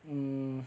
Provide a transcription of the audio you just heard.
hmm